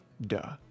duh